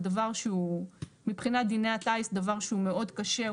זה דבר שהוא מבחינת דיני הטיס זה דבר שהוא מאוד קשה.